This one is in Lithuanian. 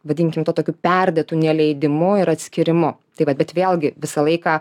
vadinkim tou tokiu perdėtu neleidimu ir atskyrimu tai vat bet vėlgi visą laiką